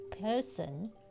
person